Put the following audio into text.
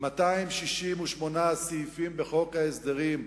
268 סעיפים בחוק ההסדרים.